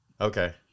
okay